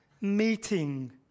meeting